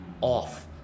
off